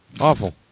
Awful